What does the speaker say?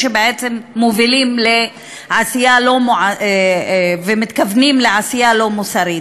שבעצם מובילים לעשייה ומתכוונים לעשייה לא מוסרית.